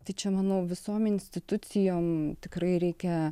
tai čia manau visom institucijom tikrai reikia